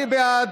אני בעד.